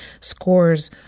scores